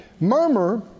Murmur